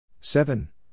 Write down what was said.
seven